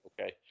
Okay